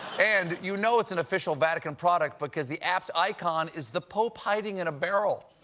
and you know it's an official vatican product, because the app's icon is the pope hiding in a barrel.